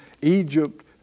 Egypt